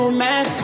man